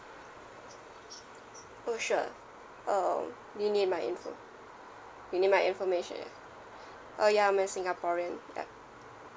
oh sure um you need my info you need my information oh ya I'm a singaporean ya